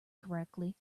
correctly